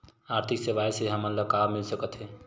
आर्थिक सेवाएं से हमन ला का मिल सकत हे?